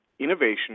innovation